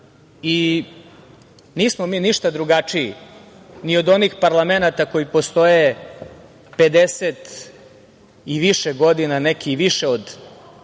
Nismo mi ništa drugačiji ni od onih parlamenata koji postoje 50 i više godina, neki i više od